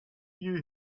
you